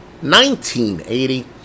1980